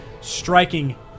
striking